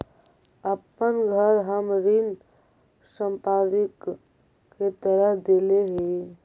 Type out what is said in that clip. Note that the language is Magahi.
अपन घर हम ऋण संपार्श्विक के तरह देले ही